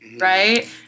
right